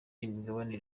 n’imigabane